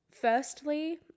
Firstly